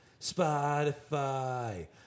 Spotify